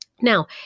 Now